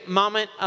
moment